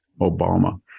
Obama